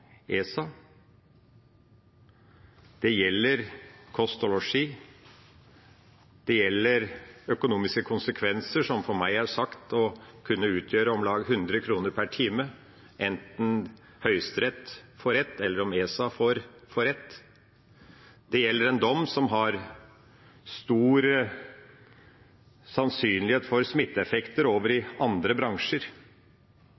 ESA. Det gjelder kost og losji, det gjelder økonomiske konsekvenser som til meg er sagt å kunne utgjøre om lag 100 kr per time, enten Høyesterett får rett, eller om ESA får rett. Det gjelder en dom som har stor sannsynlighet for å ha smitteeffekt til andre bransjer. Vi er i